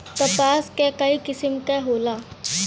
कपास क कई किसिम क होला